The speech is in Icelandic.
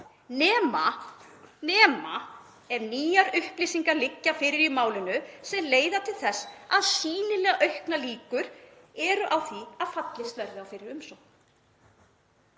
nema ef nýjar upplýsingar liggja fyrir í málinu sem leiða til þess að sýnilega auknar líkur séu á því að fallist verði á fyrir umsókn.